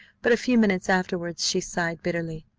but a few minutes afterwards she sighed bitterly.